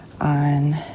on